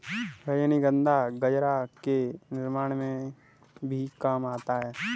रजनीगंधा गजरा के निर्माण में भी काम आता है